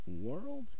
world